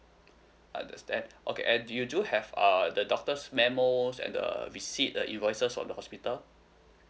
understand okay and you do have uh the doctor's memos and the receipt the invoices for the hospital